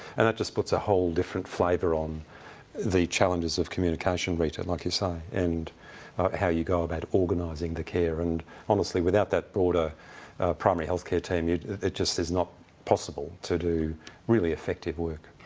and that just puts a whole different flavour on the challenges of communication, rita, like you say, and how you go about organising the care. and honestly, without that broader primary healthcare team, it just is not possible to do really effective work.